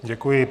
Děkuji.